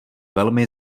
velmi